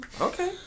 Okay